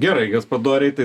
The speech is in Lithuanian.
gerai gaspadoriai tai